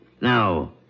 Now